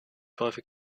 häufig